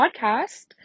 podcast